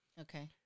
Okay